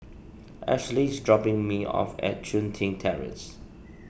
Ashli is dropping me off at Chun Tin Terrace